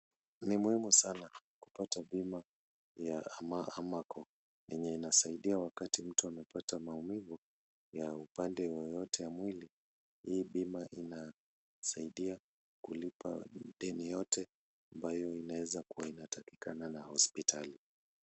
Ni muhimu sana kupata bima ya Amaco yenye inasaidia wakati mtu anapata maumivu ya upande wowote ya mwili . Hii bima inasaida kulipa deni yote ambayo inaeza kuwa inatakikana na hospitali.